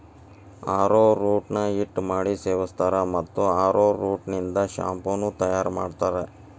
arrowroot ನ ಹಿಟ್ಟ ಮಾಡಿ ಸೇವಸ್ತಾರ, ಮತ್ತ ಅರೋರೂಟ್ ನಿಂದ ಶಾಂಪೂ ನು ತಯಾರ್ ಮಾಡ್ತಾರ